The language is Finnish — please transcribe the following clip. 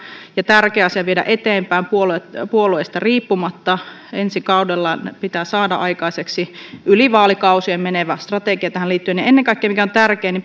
ja tärkeä asia viedä eteenpäin puolueesta puolueesta riippumatta ensi kaudella pitää saada aikaiseksi yli vaalikausien menevä strategia tähän liittyen ja ennen kaikkea mikä on tärkein